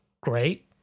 great